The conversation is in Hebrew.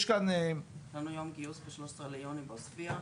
יש לנו יום גיוס ב-13 ביוני בעוספיה,